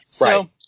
Right